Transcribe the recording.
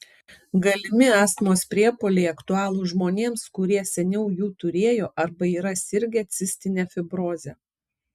galimi astmos priepuoliai aktualūs žmonėms kurie seniau jų turėjo arba yra sirgę cistine fibroze